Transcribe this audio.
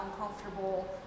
uncomfortable